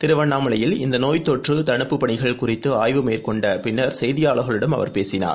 திருவண்ணாமலையில் இந்தநோய் தொற்றுடுப்புப் பணிகள் குறிததுஆய்வு மேற்கொண்டபின்னர் செய்தியாளர்களிடம் அவர் பேசினார்